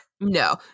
No